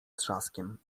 trzaskiem